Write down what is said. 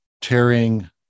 tearing